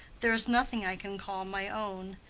there is nothing i can call my own.